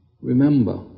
remember